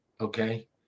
okay